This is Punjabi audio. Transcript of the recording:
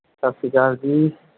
ਸਤਿ ਸ਼੍ਰੀ ਅਕਾਲ ਜੀ